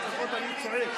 חמש דקות אני צועק.